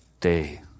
day